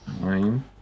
nine